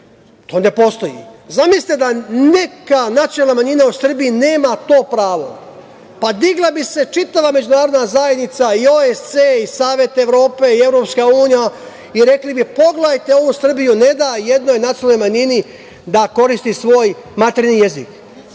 To ne postoji. Zamislite da neka nacionalna manjina u Srbiji nema to pravo. Pa, digla bi se čitava Međunarodna zajednica i OSC i Savet Evrope i EU i rekli bi – pogledajte ovu Srbiju ne da jednoj nacionalnoj manjini da koristi svoj maternji jezik.U